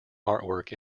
artwork